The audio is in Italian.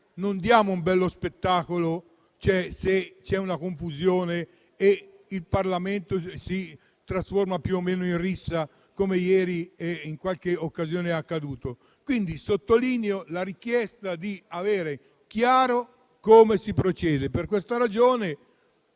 non diamo un bello spettacolo se c'è confusione e se la discussione in Parlamento si trasforma più o meno in una rissa, come ieri in qualche occasione è accaduto. Sottolineo quindi la richiesta di avere chiaro come si procede. Per questa ragione,